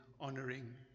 honoring